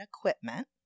equipment